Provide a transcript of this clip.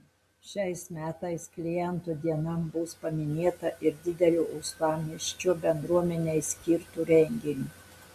šiais metais kliento diena bus paminėta ir dideliu uostamiesčio bendruomenei skirtu renginiu